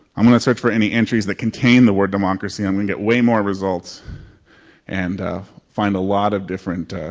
i'm gonna search for any entries that contain the word democracy. i'm gonna get way more results and find a lot of different,